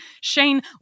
Shane